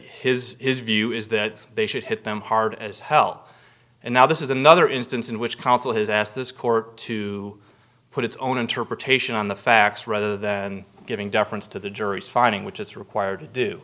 that his view is that they should hit them hard as hell and now this is another instance in which counsel has asked this court to put its own interpretation on the facts rather than giving deference to the jury's finding which is required to do